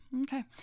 okay